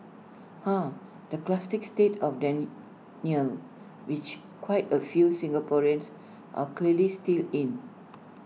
ah the classic state of denial which quite A few Singaporeans are clearly still in